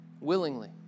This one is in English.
Willingly